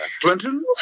Clinton